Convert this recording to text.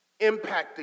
impacting